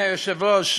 אדוני היושב-ראש,